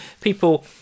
people